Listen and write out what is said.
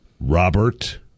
Robert